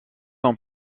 ans